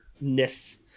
ness